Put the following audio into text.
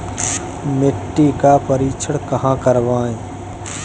मिट्टी का परीक्षण कहाँ करवाएँ?